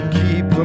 keep